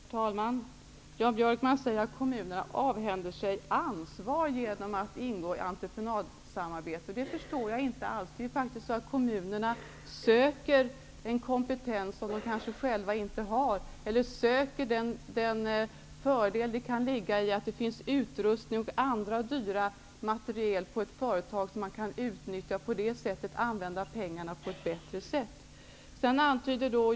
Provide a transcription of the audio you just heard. Herr talman! Jan Björkman säger att kommunerna avhänder sig ansvar genom att ingå i entreprenadsamarbete. Det förstår jag inte alls. Kommunerna söker faktiskt en kompetens som de själva inte har eller den fördel som kan ligga i att kunna utnyttja viss utrustning och annan dyr materiel på ett företag, varigenom pengarna kan användas på ett bättre sätt.